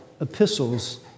epistles